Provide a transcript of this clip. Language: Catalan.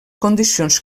condicions